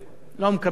לא מקבל.